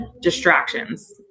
distractions